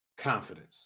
confidence